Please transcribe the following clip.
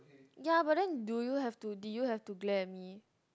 ya but then do you have to did you have to glare at me